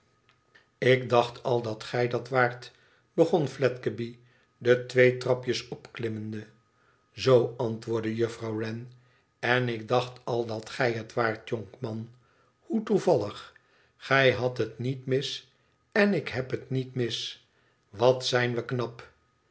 ik dacht al dat gij dat waart begon fledgeby de twee trapjes opklimmende zoo antwoordde juffrouw wren len ik dacht al dat gij het waart jonkman hoe toevallig gij hadt het niet mis en ik heb het niet mis wat zijn we knap